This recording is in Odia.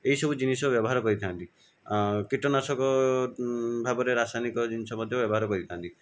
ଏହି ସବୁ ଜିନିଷ ବ୍ୟବହାର କରିଥାନ୍ତି କୀଟନାଶକ ଭାବରେ ରାସାୟନିକ ଜିନିଷ ମଧ୍ୟ ବ୍ୟବହାର କରିଥାନ୍ତି